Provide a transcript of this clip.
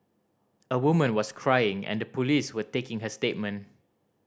a woman was crying and the police were taking her statement